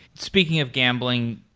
speaking of gambling,